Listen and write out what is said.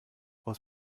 aus